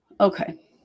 Okay